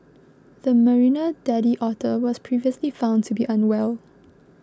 the Marina daddy otter was previously found to be unwell